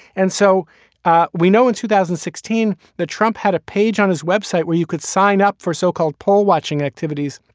and so we know in two thousand and sixteen that trump had a page on his web site where you could sign up for so-called poll watching activities.